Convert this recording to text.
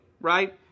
right